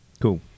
Cool